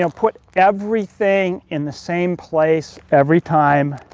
um put everything in the same place every time.